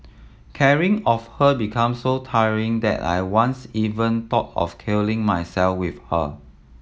caring of her become so tiring that I once even thought of killing myself with her